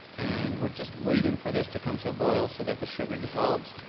and we're just waiting for this to come to a boil so that the sugar dissolves.